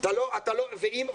זה לא התפקיד שלהם.